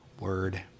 Word